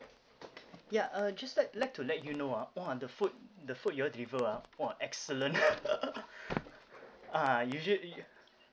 ya uh just like like to like you know ah !wah! the food the food you all deliver ah !wah! excellent ah